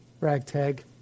Ragtag